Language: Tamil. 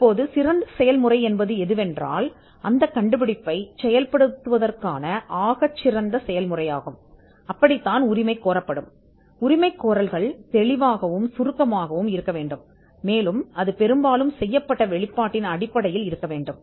இப்போது சிறந்த முறை கண்டுபிடிப்பைக் காண்பிப்பதற்கான சிறந்த முறை கோரப்படும் என்று கூறப்படும் ஒன்று மேலும் கூற்றுக்கள் தெளிவாகவும் சுருக்கமாகவும் இருக்க வேண்டும் மேலும் அது வெளிப்படுத்தப்பட்டவற்றின் அடிப்படையில் நியாயமானதாக இருக்க வேண்டுமா